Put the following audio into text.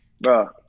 bro